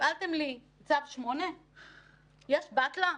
הפעלתם לי צו 8. יש בטל"א,